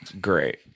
Great